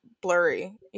blurry